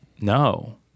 No